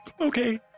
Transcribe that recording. Okay